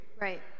Right